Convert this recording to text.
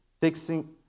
fixing